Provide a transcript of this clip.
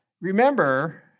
Remember